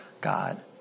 God